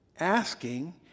asking